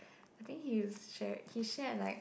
I think he's shared he shared like